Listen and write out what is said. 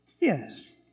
yes